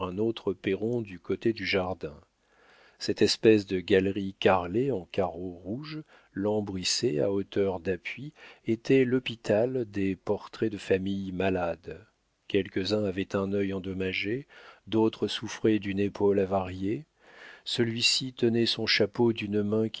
un autre perron du côté du jardin cette espèce de galerie carrelée en carreau rouge lambrissée à hauteur d'appui était l'hôpital des portraits de famille malades quelques-uns avaient un œil endommagé d'autres souffraient d'une épaule avariée celui-ci tenait son chapeau d'une main